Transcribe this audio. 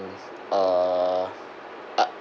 uh